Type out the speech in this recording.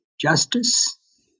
justice